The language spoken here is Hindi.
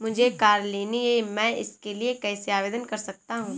मुझे कार लेनी है मैं इसके लिए कैसे आवेदन कर सकता हूँ?